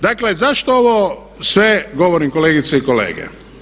Dakle, zašto ovo sve govorim kolegice i kolege?